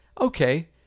okay